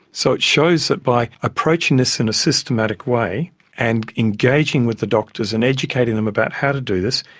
so it shows that by approaching this in a systematic way and engaging with the doctors and educating them about how to do this,